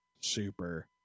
super